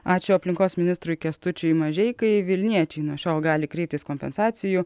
ačiū aplinkos ministrui kęstučiui mažeikai vilniečiai nuo šiol gali kreiptis kompensacijų